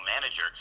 manager